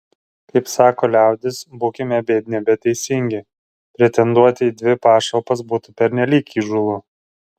kaip sako liaudis būkime biedni bet teisingi pretenduoti į dvi pašalpas būtų pernelyg įžūlu